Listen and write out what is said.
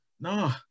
no